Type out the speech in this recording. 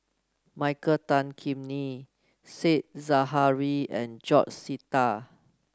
Michael Tan Kim Nei Said Zahari and George Sita